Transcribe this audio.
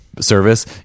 Service